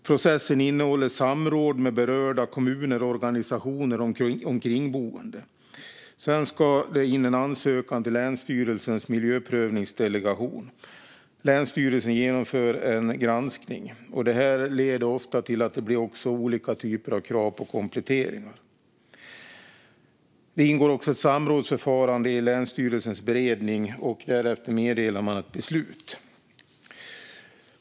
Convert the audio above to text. Processen innefattar samråd med berörda kommuner, organisationer och omkringboende. Sedan ska en ansökan inges till länsstyrelsens miljöprövningsdelegation. Länsstyrelsen genomför en granskning, och detta leder ofta till krav på olika typer av kompletteringar. Det ingår också ett samrådsförfarande i länsstyrelsens beredning, och därefter meddelar man ett beslut.